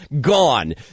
gone